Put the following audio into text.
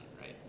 right